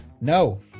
No